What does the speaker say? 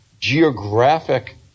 geographic